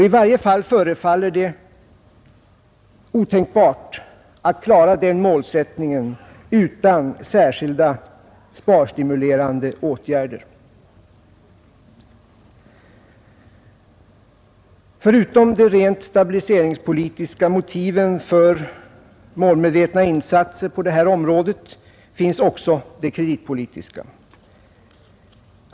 I varje fall förefaller det otänkbart att klara denna målsättning utan särskilda sparstimulerande åtgärder. Förutom de rent stabiliseringspolitiska motiven för målmedvetna insatser på detta område finns också de kreditpolitiska.